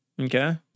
Okay